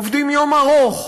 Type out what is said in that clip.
עובדים יום ארוך,